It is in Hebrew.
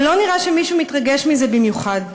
ולא נראה שמישהו מתרגש מזה במיוחד.